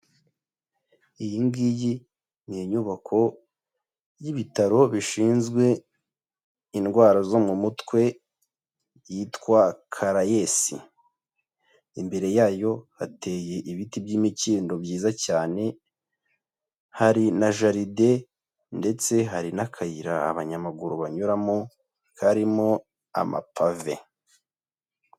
Iyi ngiyi ni inyubako y'ibitaro bishinzwe indwara zo mu mutwe yitwa Caraesi, imbere yayo hateye ibiti by'imikindo byiza cyane hari na jaride ndetse hari n'akayira abanyamaguru banyuramo karimo amapave.